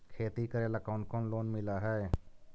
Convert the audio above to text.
खेती करेला कौन कौन लोन मिल हइ?